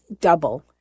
double